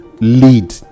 lead